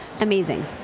Amazing